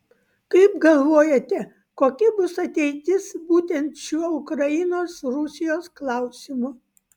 kaip galvojate kokia bus ateitis būtent šiuo ukrainos rusijos klausimu